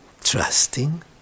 Trusting